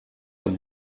amb